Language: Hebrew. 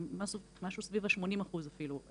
משהו סביב ה-80 אחוזים אפילו,